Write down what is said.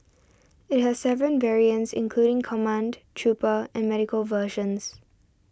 it has seven variants including command trooper and medical versions